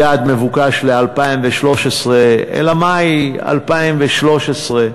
יעד מבוקש ל-2013, אלא מאי, 2013,